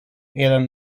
erano